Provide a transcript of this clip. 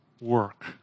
work